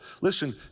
Listen